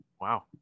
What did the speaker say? Wow